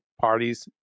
parties